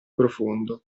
profondo